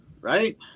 right